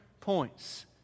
points